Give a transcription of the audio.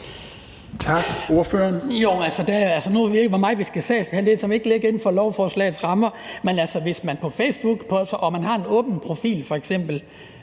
noget på Facebook og man har en åben profil,